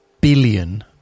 billion